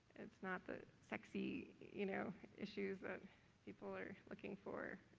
it's not the sexy, you know, issues that people are looking for.